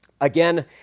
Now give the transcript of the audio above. Again